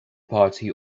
party